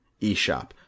eShop